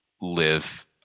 live